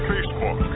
Facebook